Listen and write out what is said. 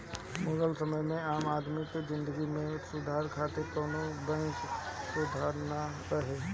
मुगल समय में आम आदमी के जिंदगी में सुधार खातिर कवनो बैंक कअ सुबिधा ना रहे